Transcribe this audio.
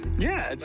yeah.